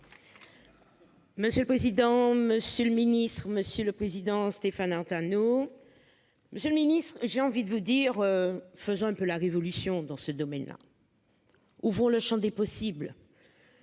Monsieur le président, Monsieur le Ministre, Monsieur le Président. Stéphane Artano. Monsieur le Ministre, j'ai envie de vous dire. Faisons un peu la révolution dans ce domaine-là.-- Où vont le Champ des possibles.--